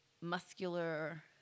muscular